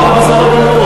בסדר גמור,